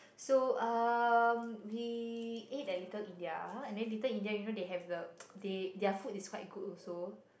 so uh we ate at Little-India and then Little-India you know they have the they their food is quite good also